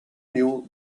knew